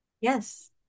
Yes